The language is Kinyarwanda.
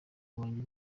wajye